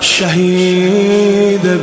Shahid